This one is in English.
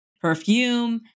perfume